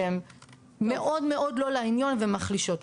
שהם מאוד מאוד לא לעניין ומחלישות,